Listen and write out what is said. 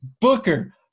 Booker